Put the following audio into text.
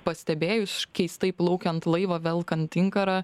pastebėjus keistai plaukiant laivą velkant inkarą